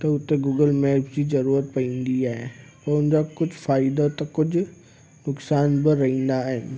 त उते Google maps जी ज़रूरत पवंदी आहे हुन जा कुझु फ़ाइदा त कुझु नुक़सान बि रहंदा आहिनि